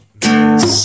miss